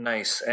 Nice